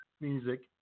music